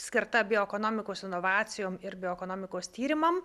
skirta bioekonomikos inovacijom ir bioekonomikos tyrimam